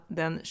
den